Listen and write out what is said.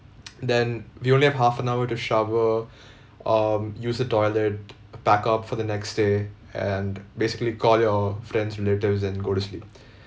then we only have half an hour to shower um use the toilet pack up for the next day and basically call your friends relatives and go to sleep